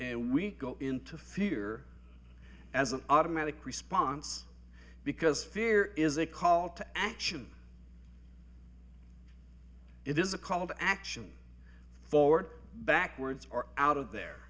and we go into fear as an automatic response because fear is a call to action it is a call to action forward backwards or out of there